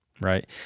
right